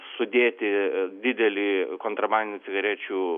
sudėti didelį kontrabandinių cigarečių